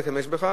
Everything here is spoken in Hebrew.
בך.